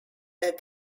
that